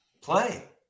Play